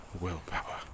willpower